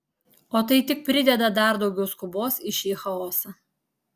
o tai tik prideda dar daugiau skubos į šį chaosą